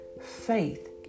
faith